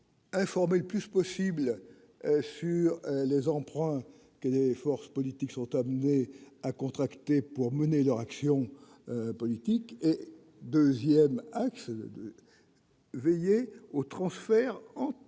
informer le plus possible sur les emprunts que les forces politiques sont amenées à contracter pour mener leur action politique ; veiller aux transferts entre